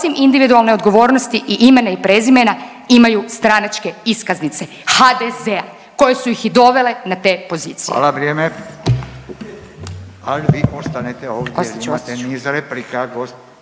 osim individualne odgovornosti i imena i prezimena imaju stranačke iskaznice HDZ-a koje su ih i dovele na te pozicije. **Radin, Furio (Nezavisni)** Hvala, vrijeme. Vi ostanete ovdje, imate niz replika.